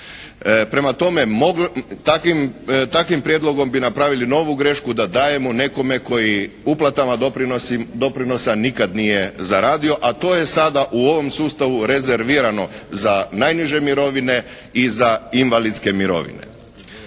Prema tome takvim prijedlogom bi napravili novu grešku da dajemo nekome koji uplatama doprinosa nikad nije zaradio, a to je sada u ovom sustavu rezervirano za najniže mirovine i za invalidske mirovine.